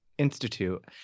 Institute